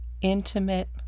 intimate